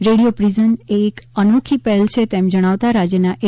radio પ્રિઝનએ એક અનોખી પહેલ છે તેમ જણાવતા રાજ્યના એ